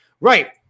Right